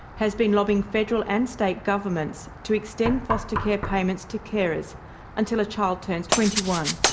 has been lobbying federal and state governments to extend foster care payments to carers until a child turns twenty one.